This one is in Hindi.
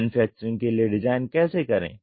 मैन्युफैक्चरिंग के लिए डिजाइन कैसे करें